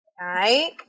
right